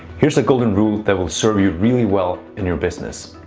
here's a golden rule that will serve you really well in your business.